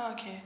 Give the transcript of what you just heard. oh okay